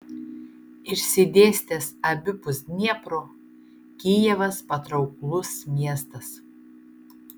išsidėstęs abipus dniepro kijevas patrauklus miestas